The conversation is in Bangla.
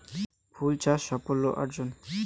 ফুল চাষ সাফল্য অর্জন?